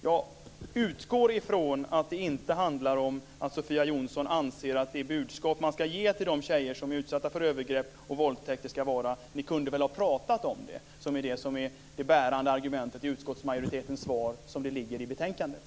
Jag utgår ifrån att det inte handlar om att Sofia Jonsson anser att det budskap man ska ge till de tjejer är utsatta för övergrepp och våldtäkter ska vara: Ni kunde väl ha pratat om det. Det är det bärande argumentet i utskottsmajoritetens svar som det ligger i betänkandet.